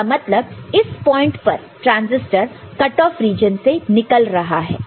इसका मतलब इस पॉइंट पर ट्रांजिस्टर कट ऑफ रीजन से निकल रहा है